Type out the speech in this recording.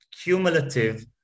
cumulative